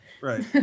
right